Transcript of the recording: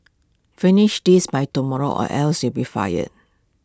finish this by tomorrow or else you'll be fired